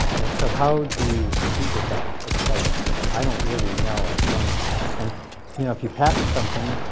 and so how do you compete with that? it's like i don't really know. and and you know if you patent something,